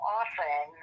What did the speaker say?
often